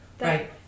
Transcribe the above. right